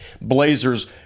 Blazers